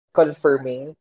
confirming